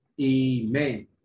Amen